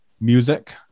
Music